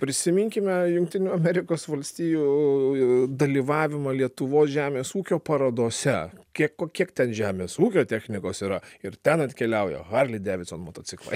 prisiminkime jungtinių amerikos valstijų dalyvavimą lietuvos žemės ūkio parodose kiek o kiek ten žemės ūkio technikos yra ir ten atkeliauja harley davidson motociklai